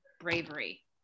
bravery